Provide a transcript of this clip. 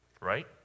right